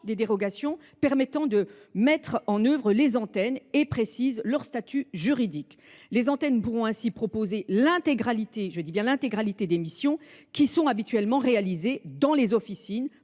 des dérogations permettant de mettre en œuvre les antennes et précise leur statut juridique. Les antennes pourront ainsi proposer l’intégralité des missions qui sont habituellement réalisées dans les officines,